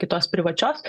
kitos privačios